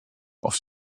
auf